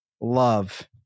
love